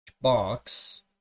box